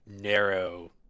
narrow